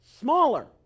smaller